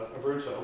Abruzzo